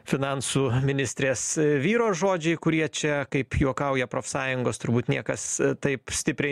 finansų ministrės vyro žodžiai kurie čia kaip juokauja profsąjungos turbūt niekas taip stipriai